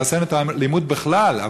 לרסן את האלימות בכלל,